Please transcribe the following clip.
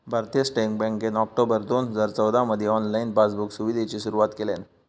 भारतीय स्टेट बँकेन ऑक्टोबर दोन हजार चौदामधी ऑनलाईन पासबुक सुविधेची सुरुवात केल्यान